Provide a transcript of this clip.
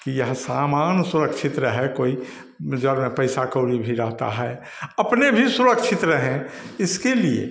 कि यह सामान सुरक्षित रहे कोई ज़्यादा पैसा कउड़ी भी रहता है अपने भी सुरक्षित रहें इसके लिए